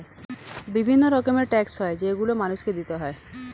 বিভিন্ন রকমের ট্যাক্স হয় যেগুলো মানুষকে দিতে হয়